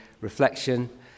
reflection